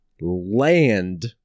land